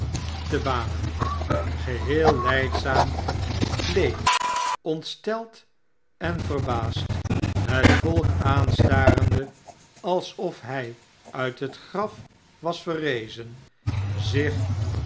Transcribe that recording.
te banen geheel lijdzaam bleek ontsteld en verbaasd het volk aanstarende alsof hij uit het graf was verrezen zich